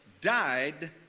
died